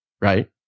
right